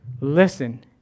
Listen